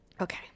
Okay